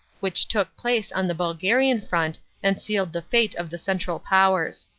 which took place on the bulgarian front and sealed the fate of the central powers.